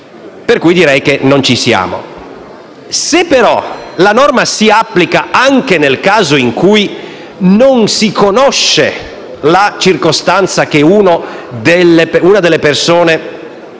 Pertanto, direi che non ci siamo. Se però la norma si applica anche nel caso in cui non si sappia che una delle persone